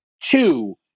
two